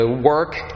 work